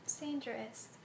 Dangerous